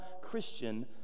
Christian